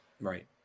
Right